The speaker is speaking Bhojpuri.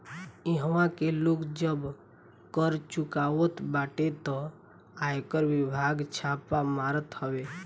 इहवा के लोग जब कर चुरावत बाटे तअ आयकर विभाग छापा मारत हवे